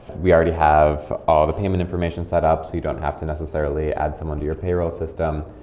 we already have all the payment information set up, so you don't have to necessarily add someone to your payroll system.